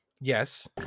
Yes